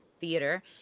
theater